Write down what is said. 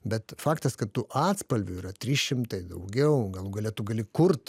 bet faktas kad tų atspalvių yra trys šimtai daugiau galų gale tu gali kurt